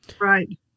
right